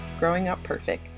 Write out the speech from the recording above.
growingupperfect